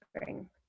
spring